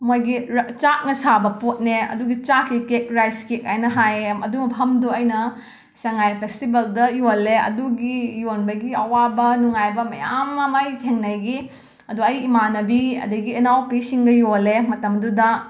ꯃꯣꯏꯒꯤ ꯆꯥꯛꯅ ꯁꯥꯕ ꯄꯣꯠꯅꯦ ꯑꯗꯨꯒꯤ ꯆꯥꯛꯀꯤ ꯀꯦꯛ ꯔꯥꯏꯁ ꯀꯦꯛ ꯍꯥꯏꯅ ꯍꯥꯏꯌꯦ ꯑꯗꯨ ꯃꯐꯝꯗꯣ ꯑꯩꯅ ꯁꯉꯥꯏ ꯐꯦꯁꯇꯤꯕꯦꯜꯗ ꯌꯣꯜꯂꯦ ꯑꯗꯨꯒꯤ ꯌꯣꯟꯕꯒꯤ ꯑꯋꯥꯕ ꯅꯨꯡꯉꯥꯏꯕ ꯃꯌꯥꯝ ꯑꯃ ꯑꯩ ꯊꯦꯡꯅꯈꯤ ꯑꯗꯨ ꯑꯩ ꯏꯃꯥꯟꯅꯕꯤ ꯑꯗꯒꯤ ꯏꯅꯥꯎꯄꯤꯁꯤꯡꯒ ꯌꯣꯜꯂꯦ ꯃꯇꯝꯗꯨꯗ